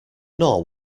nor